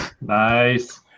Nice